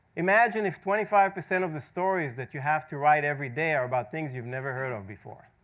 imagine if twenty five percent of the stories that you have to write every day are about things you've never heard of before.